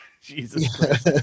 Jesus